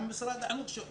גם עם משרד החינוך.